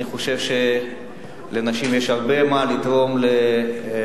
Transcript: אני חושב שלנשים יש הרבה מה לתרום לכל